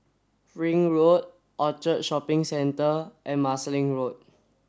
Ring Road Orchard Shopping Centre and Marsiling Road